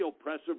oppressive